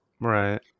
right